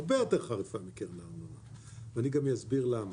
הרבה יותר חריפה מקרן הארנונה ואני גם אסביר למה: